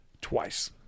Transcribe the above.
twice